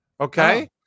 okay